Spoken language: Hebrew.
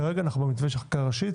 כרגע אנו במתווה של חקיקה ראשית